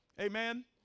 Amen